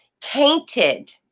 tainted